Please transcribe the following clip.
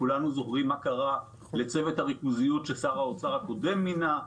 כולנו זוכרים מה קרה לצוות הריכוזיות ששר האוצר הקודם מינה,